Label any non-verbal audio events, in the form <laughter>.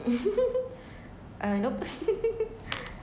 <laughs> uh nope <laughs>